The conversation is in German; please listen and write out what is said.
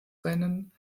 rennen